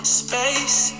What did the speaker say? space